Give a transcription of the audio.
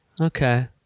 Okay